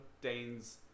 Dane's